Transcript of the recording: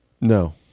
No